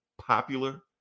popular